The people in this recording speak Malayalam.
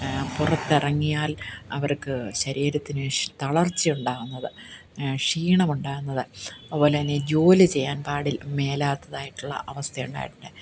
പുറത്തിറങ്ങിയാൽ അവർക്ക് ശരീരത്തിന് ഷ് തളർച്ചയുണ്ടാവുന്നത് ക്ഷീണമുണ്ടാവുന്നത് അതുപോലെതന്നെ ജോലി ചെയ്യാൻ പാടിൽ മേലാത്തതായിട്ടുള്ള അവസ്ഥയുണ്ടായിട്ടുണ്ട്